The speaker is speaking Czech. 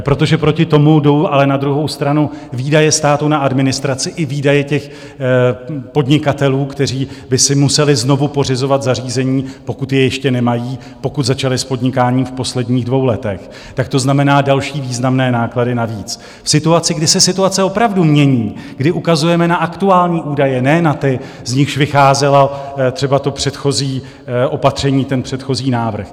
Protože proti tomu jdou ale na druhou stranu výdaje státu na administraci i výdaje podnikatelů, kteří by si museli znovu pořizovat zařízení, pokud je ještě nemají, pokud začali s podnikáním v posledních dvou letech, tak to znamená další významné náklady navíc v situaci, kdy se situace opravdu mění, kdy ukazujeme na aktuální údaje, ne na ty, z nichž vycházela třeba předchozí opatření, předchozí návrh.